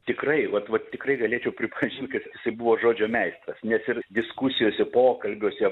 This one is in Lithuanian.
tikrai vat vat tikrai galėčiau pripažint kad jisai buvo žodžio meistras nes ir diskusijose pokalbiuose